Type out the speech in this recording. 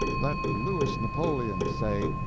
let louis napoleon say,